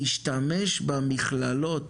תשתמש במכללות